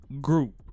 group